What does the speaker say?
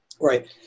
Right